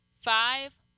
Five